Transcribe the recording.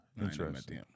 interesting